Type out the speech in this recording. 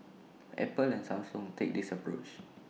Apple and Samsung take this approach